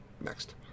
Next